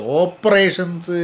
operations